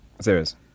Serious